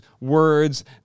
words